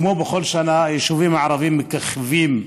כמו בכל שנה היישובים הערביים מככבים,